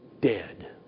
dead